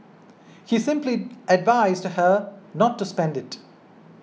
he simply advised her not to spend it